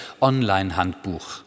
Online-Handbuch